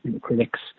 critics